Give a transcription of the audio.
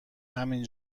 همین